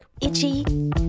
Itchy